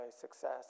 success